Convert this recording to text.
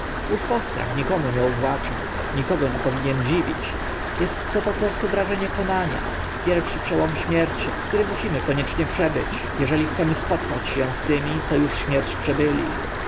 postrach nikomu nie uwłacza nikogo nie powinien dziwić est to po prostu wrażenie konania pierwszy przełom śmierci który musimy koniecznie przebyć eśli chcemy spotkać się z tymi co uż śmierć przebyli